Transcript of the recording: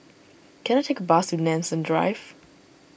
can I take a bus to Nanson Drive